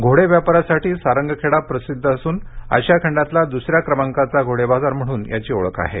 घोडे व्यापारासाठी सारंगखेडा प्रसिद्ध असून आशिया खंडातला द्सऱ्या क्रमांकाचा घोडेबाजार म्हणून याची ओळख आहे